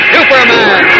Superman